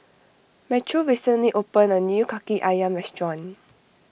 Metro recently opened a new Kaki Ayam restaurant